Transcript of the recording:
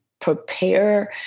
prepare